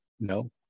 no